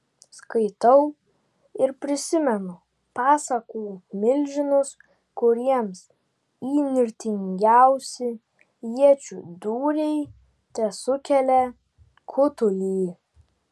skaitau ir prisimenu pasakų milžinus kuriems įnirtingiausi iečių dūriai tesukelia kutulį